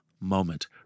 moment